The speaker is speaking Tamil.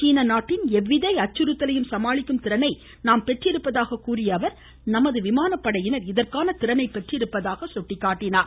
சீன நாட்டின் எவ்வித அச்சுறுத்தலையும் சமாளிக்கும் திறனையும் நாம் பெற்றிருப்பதாக நமது விமானப்படையினர் இதற்கான திறனை பெற்றிருப்பதாக கூறினார்